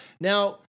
Now